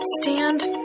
stand